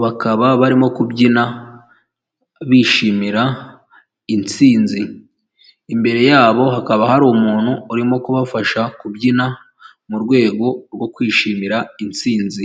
bakaba barimo kubyina bishimira intsinzi, imbere yabo hakaba hari umuntu urimo kubafasha kubyina mu rwego rwo kwishimira intsinzi.